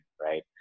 right